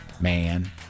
Man